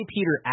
Peter